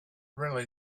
really